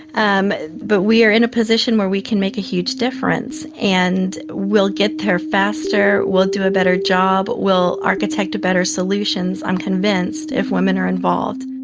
um but we are in a position where we can make a huge difference, and we'll get there faster, we'll do a better job, we'll architect better solutions, i'm convinced, if women are involved.